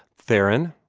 theron,